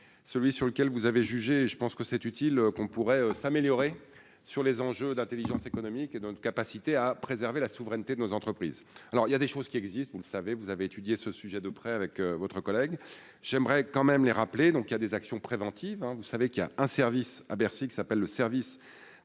celui sur lequel vous avez jugé, je pense que c'est utile qu'on pourrait s'améliorer sur les enjeux d'Intelligence économique et dans une capacité à préserver la souveraineté de nos entreprises, alors il y a des choses qui existent, vous le savez, vous avez étudié ce sujet de prêt avec votre collègue, j'aimerais quand même les rappeler, donc il y a des actions préventives, vous savez qu'il y a un service à Bercy, qui s'appelle le service